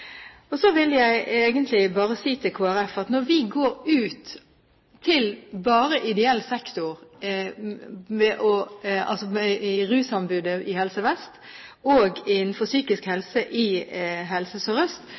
Så vil jeg si til Kristelig Folkeparti at når vi går ut til bare ideell sektor med anbud innen rus i Helse Vest og innen psykisk helse i Helse